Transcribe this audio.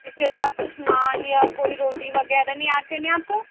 اس کے ساتھ کچھ نان یا کوئی روٹی وغیرہ نہیں ایڈ کرنی آپ کو